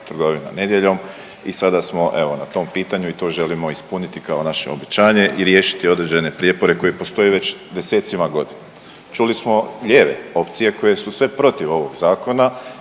I sada smo evo na tom pitanju i to želimo ispuniti kao naše obećanje i riješiti određene prijepore koji postoje već desecima godina. Čuli smo lijeve opcije koje su sve protiv ovog zakona